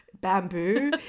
bamboo